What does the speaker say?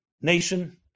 nation